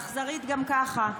האכזרית גם ככה.